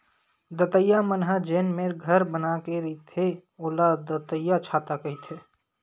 दतइया मन ह जेन मेर घर बना के रहिथे ओला दतइयाछाता कहिथे